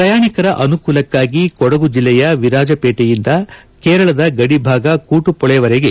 ಪ್ರಯಾಣಿಕರ ಅನುಕೂಲಕ್ಷಾಗಿ ಕೊಡಗು ಜಿಲ್ಲೆಯ ವಿರಾಜಪೇಟೆಯಿಂದ ಕೇರಳದ ಗಡಿ ಭಾಗ ಕೂಟುಪೊಳೆವರೆಗೆ